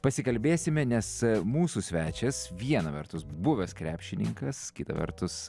pasikalbėsime nes mūsų svečias viena vertus buvęs krepšininkas kita vertus